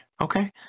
okay